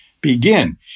begin